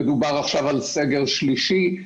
ועכשיו גם מדובר על סגר שלישי.